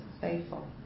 faithful